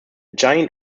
giant